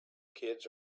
kids